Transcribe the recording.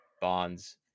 bonds